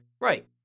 Right